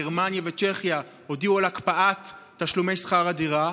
גרמניה וצ'כיה הודיעו על הקפאת תשלומי שכר הדירה,